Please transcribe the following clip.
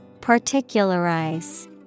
Particularize